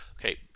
Okay